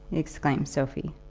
exclaimed sophie.